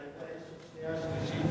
ביניים, אתה יודע, יש עוד קריאה שנייה שלישית.